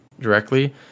directly